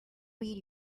read